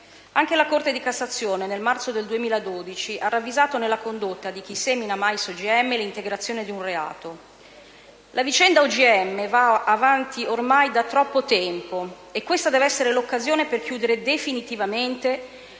Anche la Corte di cassazione nel marzo del 2012 ha ravvisato nella condotta di chi semina mais OGM l'integrazione di un reato. La vicenda OGM va avanti ormai da troppo tempo e questa deve essere l'occasione per chiudere definitivamente